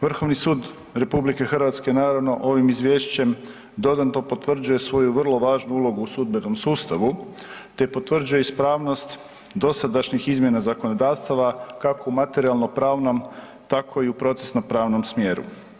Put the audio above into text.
Vrhovni sud RH naravno ovim Izvješćem dodatno potvrđuje svoju vrlo važnu ulogu u sudbenom sustavu, te potvrđuje ispravnost dosadašnjih izmjena zakonodavstava kako u materijalno-pravnom tako i u procesno-pravnom smjeru.